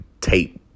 tape